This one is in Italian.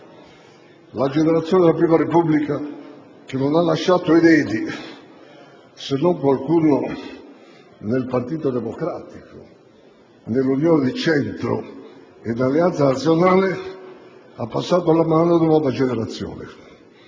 La generazione della Prima Repubblica, che non ha lasciato eredi, se non qualcuno nel Partito Democratico, nell'Unione di Centro e in Alleanza Nazionale, ha passato la mano ad una nuova generazione: